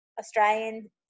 Australian